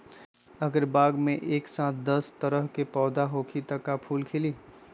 अगर बाग मे एक साथ दस तरह के पौधा होखि त का फुल खिली?